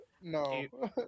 no